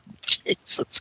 Jesus